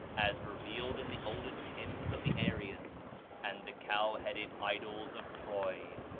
as revealed in the oldest hymns of the aryans and the cow-headed idols of troy,